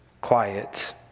quiet